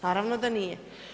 Naravno da nije.